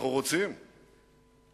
אנחנו רוצים לשמוע